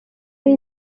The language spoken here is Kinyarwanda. yari